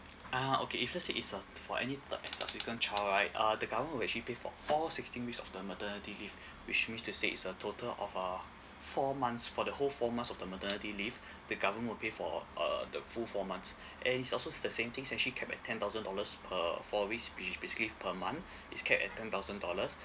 ah okay if let's say it's uh for any third and subsequent child right uh the government will actually pay for all sixteen weeks of the maternity leave which means to say it's a total of uh four months for the whole four months of the maternity leave the government will pay for uh the full four months and it's also s~ the same thing it's actually capped at ten thousand dollars per four weeks which is basically per month it's capped at ten thousand dollars